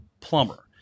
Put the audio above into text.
plumber